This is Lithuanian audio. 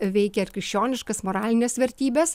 veikia ir krikščioniškas moralines vertybes